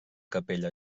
capella